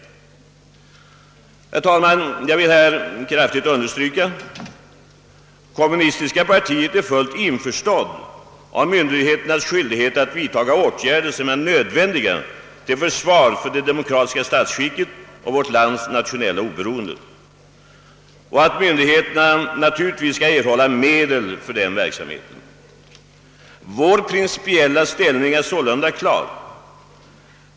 Herr talman! Jag vill här kraftigt understryka att vi i kommunistiska partiet är fullt införstådda med myndigheternas skyldighet att vidta åtgärder som är nödvändiga till försvar för det demokratiska statsskicket och vårt lands nationella oberoende samt att myndigheterna måste erhålla medel för denna verksamhet. Vår principiella ställning är sålunda klar.